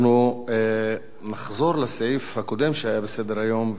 אנחנו נחזור לסעיף הקודם שהיה בסדר-היום,